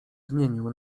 zmienił